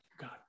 God